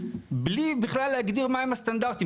בלי בכלל להגדיר מה הם הסטנדרטיים.